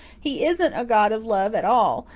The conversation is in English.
he isn't a god of love at all.